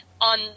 On